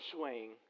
swing